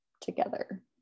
together